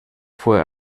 fue